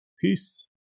Peace